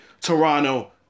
Toronto